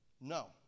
No